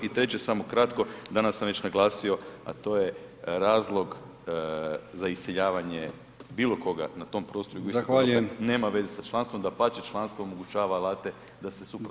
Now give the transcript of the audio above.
I treće samo kratko, danas sam već naglasio, a to je razlog za iseljavanje bilo koga na tom prostoru [[Upadica Brkić: Zahvaljujem.]] nema veze sa članstvo, dapače članstvo omogućava alate da se suprotstavljamo